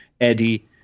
Eddie